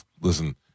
Listen